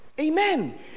Amen